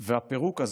הפירוק הזה,